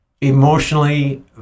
emotionally